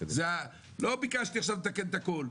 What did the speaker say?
לא ביקשתי עכשיו לתקן את הכול,